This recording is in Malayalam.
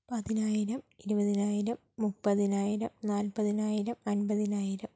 പതിനായിരം ഇരുപതിനായിരം മുപ്പതിനായിരം നാൽപ്പത്തിനായിരം അൻപതിനായിരം